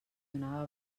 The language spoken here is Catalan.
donava